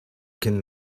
can